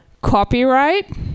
copyright